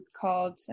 called